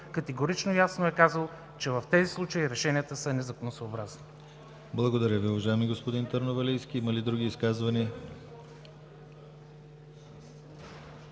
категорично и ясно е казал, че в тези случаи решенията са незаконосъобразни.